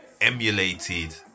emulated